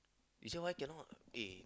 he say why cannot eh